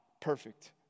perfect